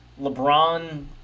LeBron